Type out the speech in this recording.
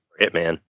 Hitman